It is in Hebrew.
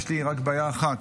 יש לי רק בעיה אחת: